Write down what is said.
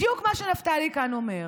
בדיוק כמו שנפתלי אומר כאן,